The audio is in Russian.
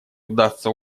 удастся